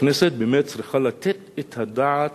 שהכנסת באמת צריכה לתת את הדעת